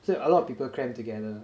so a lot of people cramped together